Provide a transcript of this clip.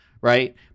right